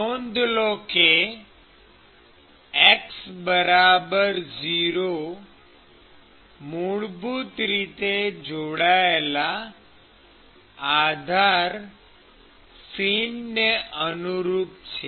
નોંધ લો કે x 0 મૂળભૂત રીતે જોડાયેલા આધાર ફિનને અનુરૂપ છે